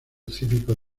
cívico